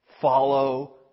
follow